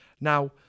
Now